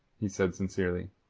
he said sincerely.